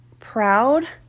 Proud